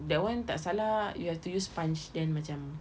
that [one] tak salah you have to use sponge then macam